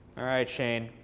all right, shane.